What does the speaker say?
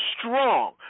strong